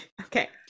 okay